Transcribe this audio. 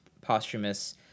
posthumous